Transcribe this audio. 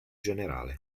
generale